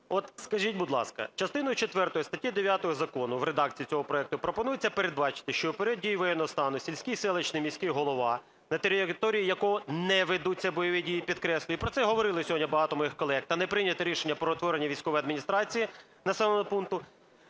От скажіть, будь ласка, частиною четвертою статті 9 закону в редакції цього проекту пропонується передбачити, що в період дії воєнного стану сільський, селищний, міський голова, на території якого не ведуться бойові дії, підкреслюю (про це говорили сьогодні багато моїх колег) та не прийнято рішення про утворення військової адміністрації в населеному пункті